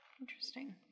Interesting